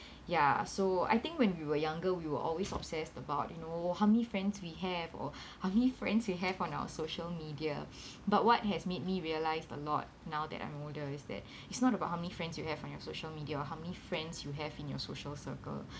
ya so I think when we were younger we were always obsessed about you know how many friends we have or how many friends we have on our social media but what has made me realised a lot now that I'm older is that it's not about how many friends you have on your social media or how many friends you have in your social circle